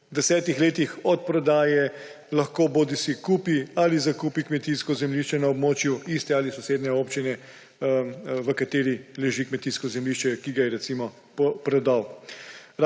desetih letih od prodaje lahko bodisi kupi ali zakupi kmetijsko zemljišče na območju iste ali sosednje občine, v kateri leži kmetijsko zemljišče, ki ga je recimo prodal.